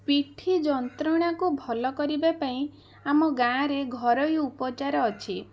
ପିଠି ଯନ୍ତ୍ରଣାକୁ ଭଲ କରିବା ପାଇଁ ଆମ ଗାଁରେ ଘରୋଇ ଉପଚାର ଅଛି